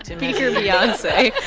speaker beyonce